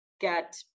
get